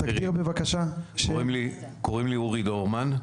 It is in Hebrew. קוראים לי אורי דורמן.